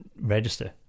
register